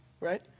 right